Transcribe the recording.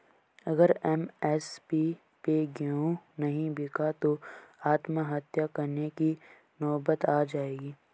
अगर एम.एस.पी पे गेंहू नहीं बिका तो आत्महत्या करने की नौबत आ जाएगी